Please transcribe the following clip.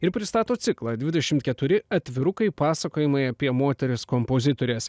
ir pristato ciklą dvidešimt keturi atvirukai pasakojimai apie moteris kompozitores